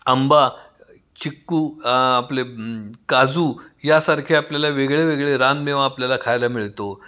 आंबा चिकू आपले काजू यासारखे आपल्याला वेगळे वेगळे रानमेवा आपल्याला खायला मिळतो